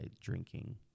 drinking